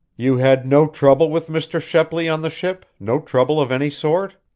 you had no trouble with mr. shepley on the ship no trouble of any sort?